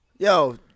Yo